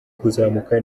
kuzamuka